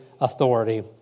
authority